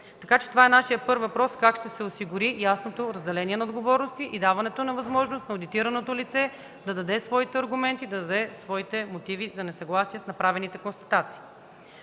Така че това е първият наш въпрос: как ще се осигури ясното разделение на отговорности и даването на възможност на одитираното лице да даде своите аргументи, да даде своите мотиви за несъгласие с направените констатации?